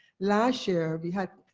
last year we had,